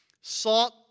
Salt